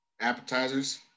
Appetizers